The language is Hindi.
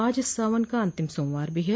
आज सावन का अंतिम सोमवार भी है